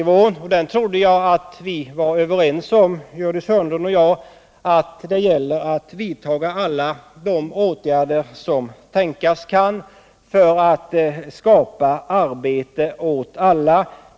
Jag trodde att Gördis Hörnlund och jag var överens om ambitionsnivån — att det gäller att vidta alla de åtgärder som tänkas kan för att skapa arbete åt alla.